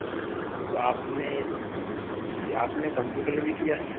जी तो आपने जी जी आपने कंप्यूटर भी किया है